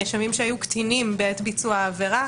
נאשמים שהיו קטינים בעת ביצוע העבירה